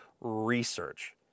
research